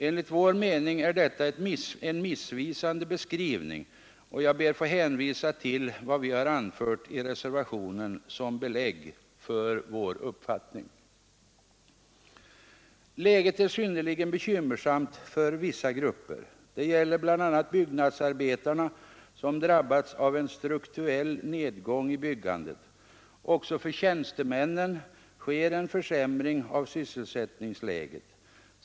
Enligt vår mening är detta en missvisande beskrivning, och jag ber att få hänvisa till vad vi har anfört i reservationen som belägg för vår uppfattning. Läget är synnerligen bekymmersamt för vissa grupper. Det gäller bl.a. byggnadsarbetarna, som drabbats av en strukturell nedgång i byggandet. Också för tjänstemännen sker en försämring av sysselsättningsläget.